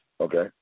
Okay